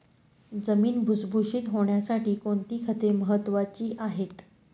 जमीन भुसभुशीत होण्यासाठी कोणती खते महत्वाची आहेत?